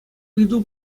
ыйту